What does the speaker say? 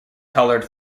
colored